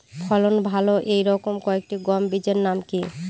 ফলন ভালো এই রকম কয়েকটি গম বীজের নাম কি?